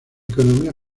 economía